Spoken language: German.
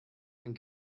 ein